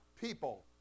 people